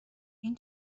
این